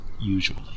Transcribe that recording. usually